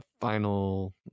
final